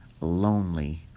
lonely